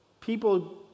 people